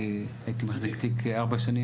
הייתי מחזיק תיק ארבע שנים,